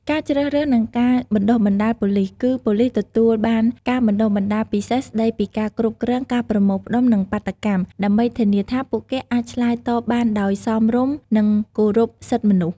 ការជ្រើសរើសនិងការបណ្តុះបណ្តាលប៉ូលីសគឺ ប៉ូលីសទទួលបានការបណ្តុះបណ្តាលពិសេសស្តីពីការគ្រប់គ្រងការប្រមូលផ្តុំនិងបាតុកម្ម ដើម្បីធានាថាពួកគេអាចឆ្លើយតបបានដោយសមរម្យ និងគោរពសិទ្ធិមនុស្ស។